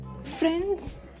Friends